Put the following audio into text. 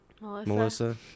Melissa